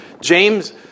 james